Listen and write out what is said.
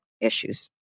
issues